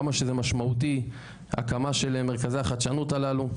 כמה שזה משמעותי הקמה של מרכזי החדשנות הללו.